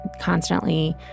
constantly